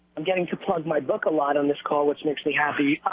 i'm getting to plug my book a lot on this call, which makes me happy.